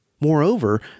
Moreover